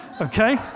Okay